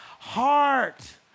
heart